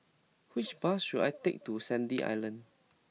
which bus should I take to Sandy Island